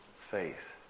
faith